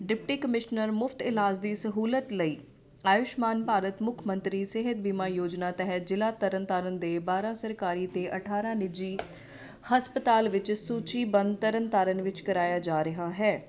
deputy commissioner ਮੁਫ਼ਤ ਇਲਾਜ ਦੀ ਸਹੂਲਤ ਲਈ ਆਯੁਸ਼ਮਾਨ ਭਾਰਤ ਮੁੱਖ ਮੰਤਰੀ ਸਿਹਤ ਬੀਮਾ ਯੋਜਨਾ ਤਹਿਤ ਜਿਲ੍ਹਾ ਤਰਨਤਾਰਨ ਦੇ ਬਾਰ੍ਹਾਂ ਸਰਕਾਰੀ ਅਤੇ ਅਠਾਰ੍ਹਾਂ ਨਿੱਜੀ ਹਸਪਤਾਲ ਵਿੱਚ ਸੂਚੀਬੱਧ ਤਰਨਤਾਰਨ ਵਿੱਚ ਕਰਵਾਇਆ ਜਾ ਰਿਹਾ ਹੈ